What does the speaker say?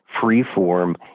free-form